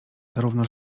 zarówno